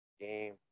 game